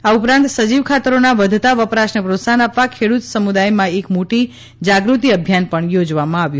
આ ઉપરાંત સજીવ ખાતરીના વ ધતા વપરાશને પ્રોત્સાહન આપવા ખેડૂત સમુદાયમાં એક મોટી જાગૃતિ અભિયાન પણ યોજવામાં આવ્યું